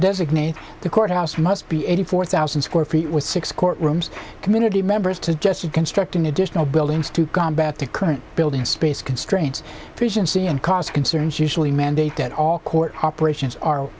designate the courthouse must be eighty four thousand square feet with six courtrooms community members to just construct an additional buildings to combat the current building space constraints efficiency and cost concerns usually mandate that all court operations are